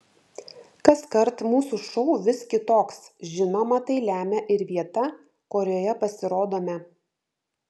kaskart mūsų šou vis kitoks žinoma tai lemia ir vieta kurioje pasirodome